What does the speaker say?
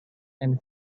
and